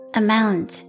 amount